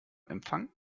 empfang